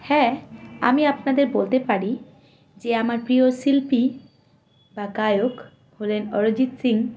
হ্যাঁ আমি আপনাদের বলতে পারি যে আমার প্রিয় শিল্পী বা গায়ক হলেন অরিজিৎ সিং